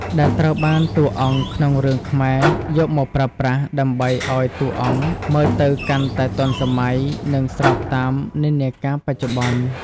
ដែលត្រូវបានតួអង្គក្នុងរឿងខ្មែរយកមកប្រើប្រាស់ ដើម្បីឲ្យតួអង្គមើលទៅកាន់តែទាន់សម័យ និងស្របតាមនិន្នាការបច្ចុប្បន្ន។